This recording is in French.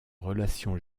relation